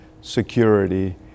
security